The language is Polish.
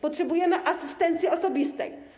Potrzebujemy asystencji osobistej.